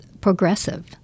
progressive